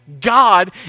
God